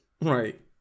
right